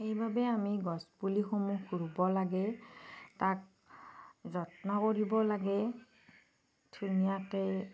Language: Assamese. সেইবাবে আমি গছপুলিসমূহ ৰুব লাগে তাত যত্ন কৰিব লাগে ধুনীয়াকৈয়ে